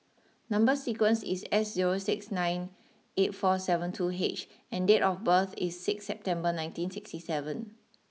number sequence is S zero six nine eight four seven two H and date of birth is six September nineteen sixty seven